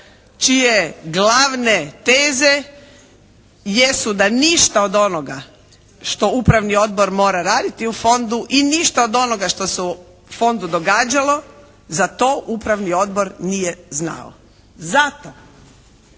čije glavne teze jesu da ništa od onoga što Upravni odbor mora raditi u Fondu i ništa od onoga što su u Fondu događalo za to Upravni odbor nije znao. Zato,